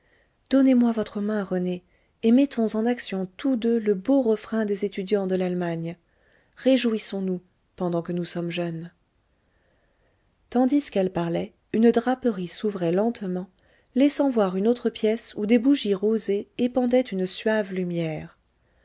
donnez-moi votre main rené et mettons en action tous deux le beau refrain des étudiants de l'allemagne réjouissons-nous pendant que nous sommes jeunes tandis qu'elle parlait une draperie s'ouvrait lentement laissant voir une autre pièce où des bougies rosées épandaient une suave lumière